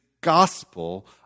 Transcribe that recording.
gospel